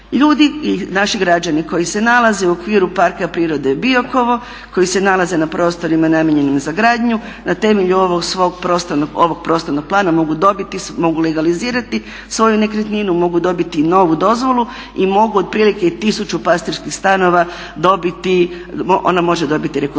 Ljudi i naši građani koji se nalaze u okviru Parka prirode Biokovo, koji se nalaze na prostorima namijenjenim za gradnju na temelju ovog prostornog plana mogu dobiti, mogu legalizirati svoju nekretninu, mogu dobiti novu dozvolu i mogu otprilike i tisuću pastirskih stanova dobiti, ona može dobiti rekonstrukciju.